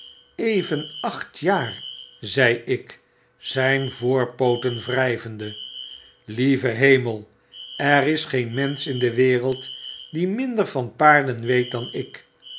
even acht jaar zei ik zijn voorpooten wryvende lieve hemel er is geen menschin de wereld die minder van paarden weet dan ik